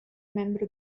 membro